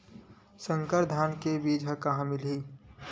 संकर धान के बीज कहां मिलही?